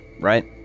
right